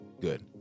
good